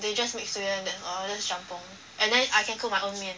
they just mix together that's all that's jjampong and then I can cook my own 面